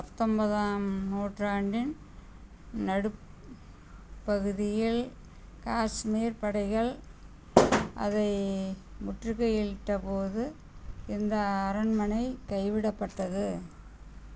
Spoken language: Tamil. பத்தம்போதாம் நூற்றாண்டின் நடுப்பகுதியில் காஷ்மீர் படைகள் அதை முற்றுகையிட்ட போது இந்த அரண்மனை கைவிடப்பட்டது